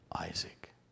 Isaac